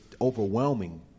overwhelming